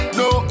no